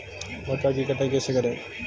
मक्का की कटाई कैसे करें?